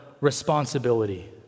responsibility